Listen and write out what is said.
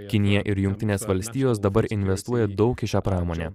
kinija ir jungtinės valstijos dabar investuoja daug į šią pramonę